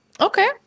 Okay